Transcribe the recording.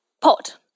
pot